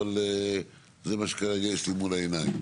אבל זה מה שכרגע יש לי מול העיניים.